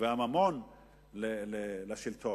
והממון לשלטון.